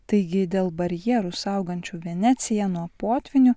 taigi dėl barjerų saugančių veneciją nuo potvynių